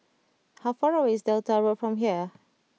how far away is Delta Road from here